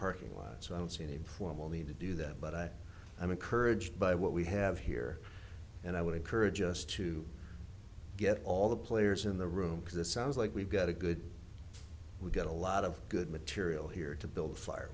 parking lot so i don't see any formal need to do that but i i'm encouraged by what we have here and i would encourage us to get all the players in the room because it sounds like we've got a good we've got a lot of good material here to build fire